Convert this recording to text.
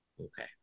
Okay